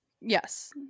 yes